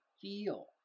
feel